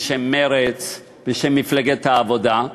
בשם מרצ, בשם מפלגת העבודה,